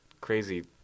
Crazy